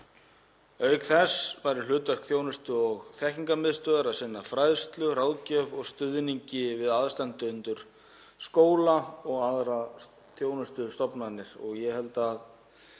Auk þess væri hlutverk þjónustu- og þekkingarmiðstöðvarinnar að sinna fræðslu, ráðgjöf og stuðningi við aðstandendur, skóla og aðrar þjónustustofnanir. Ég held að